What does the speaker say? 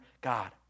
God